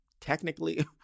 technically